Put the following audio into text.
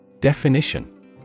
Definition